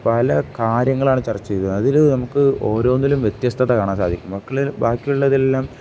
പല കാര്യങ്ങളാണ് ചർച്ച ചെയ്യുന്നത് അതിൽ നമുക്ക് ഓരോന്നിലും വ്യത്യസ്തത കാണാൻ സാധിക്കും ബാക്കിയുള്ളതെല്ലാം